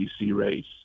race